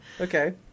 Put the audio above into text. okay